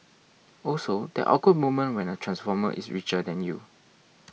also that awkward moment when a transformer is richer than you